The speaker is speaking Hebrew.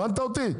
הבנת אותי?